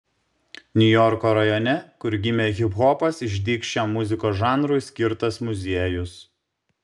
niujorko rajone kur gimė hiphopas išdygs šiam muzikos žanrui skirtas muziejus